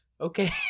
okay